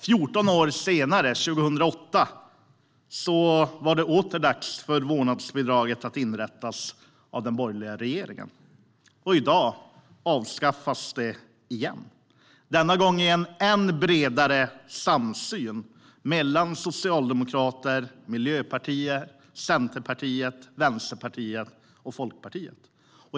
År 2008, 14 år senare, var det åter dags för den borgerliga regeringen att inrätta vårdnadsbidraget. I dag avskaffas det igen, denna gång i en bredare samsyn mellan Socialdemokraterna, Miljöpartiet, Centerpartiet, Vänsterpartiet och Folkpartiet.